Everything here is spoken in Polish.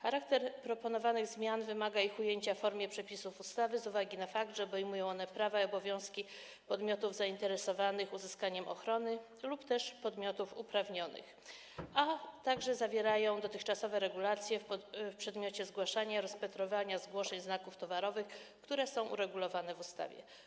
Charakter proponowanych zmian wymaga ich ujęcia w formie przepisów ustawy z uwagi na fakt, że obejmują one prawa i obowiązki podmiotów zainteresowanych uzyskaniem ochrony lub też podmiotów uprawnionych, a także zawierają dotychczasowe regulacje w przedmiocie zgłaszania, rozpatrywania zgłoszeń znaków towarowych, które są uregulowane w ustawie.